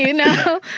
you know?